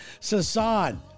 Sasan